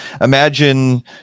imagine